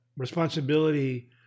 Responsibility